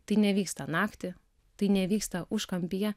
tai nevyksta naktį tai nevyksta užkampyje